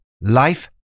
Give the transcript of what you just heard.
life